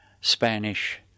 Spanish